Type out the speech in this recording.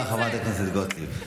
תודה, חברת הכנסת גוטליב.